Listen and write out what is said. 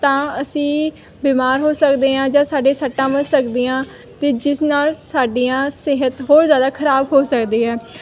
ਤਾਂ ਅਸੀਂ ਬਿਮਾਰ ਹੋ ਸਕਦੇ ਹਾਂ ਜਾਂ ਸਾਡੇ ਸੱਟਾਂ ਵੱਜ ਸਕਦੀਆਂ ਅਤੇ ਜਿਸ ਨਾਲ ਸਾਡੀਆਂ ਸਿਹਤ ਹੋਰ ਜ਼ਿਆਦਾ ਖਰਾਬ ਹੋ ਸਕਦੀ ਹੈ